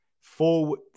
four